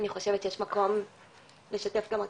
אני חושבת שיש מקום לשתף גם אותם.